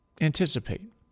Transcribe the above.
Anticipate